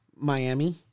Miami